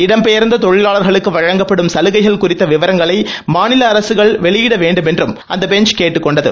இடம்பெயர்ந்த தொழிலாளர்களுக்கு வழங்கப்படும் கலுகைகள் குறித்த விவரங்களை மாநில அரசுகள் வெளியிட வேண்டுமென்றும் பெஞ்ச் கேட்டுக் கொண்டது